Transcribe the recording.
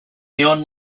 neon